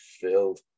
filled